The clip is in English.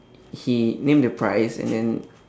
he name the price and then